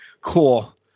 Cool